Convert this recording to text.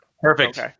Perfect